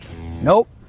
Nope